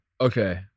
okay